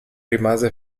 rimase